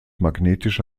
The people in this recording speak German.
magnetische